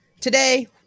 Today